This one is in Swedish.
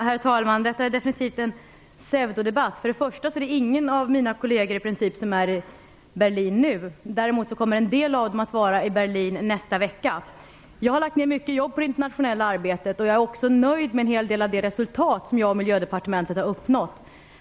Herr talman! Detta är definitivt en pseudodebatt. Först och främst är i princip ingen av mina kollegor i Berlin nu. Däremot kommer en del av dem att vara i Jag har lagt ned mycket jobb på det internationella arbetet, och jag är också nöjd med en hel del av de resultat som jag och Miljödepartementet har uppnått.